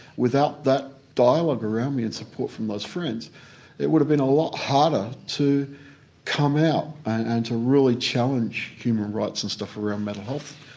without that dialogue around me and support from those friends it would have been a lot harder to come out and to really challenge human rights and stuff around mental health.